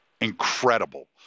incredible